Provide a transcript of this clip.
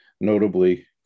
notably